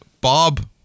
Bob